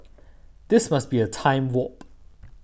this must be a time warp